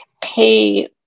pay